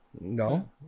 no